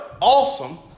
awesome